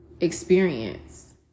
experience